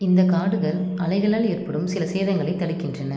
இந்த காடுகள் அலைகளால் ஏற்படும் சில சேதங்களை தடுக்கின்றன